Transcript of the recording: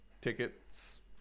tickets